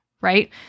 right